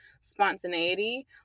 spontaneity